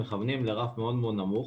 מכוונים לרף מאוד-מאוד נמוך